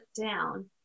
down